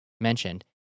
mentioned